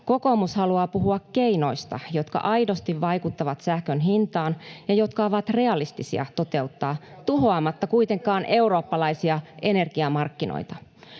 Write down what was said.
Kokoomus haluaa puhua keinoista, jotka aidosti vaikuttavat sähkön hintaan ja jotka ovat realistisia toteuttaa tuhoamatta kuitenkaan eurooppalaisia energiamarkkinoita.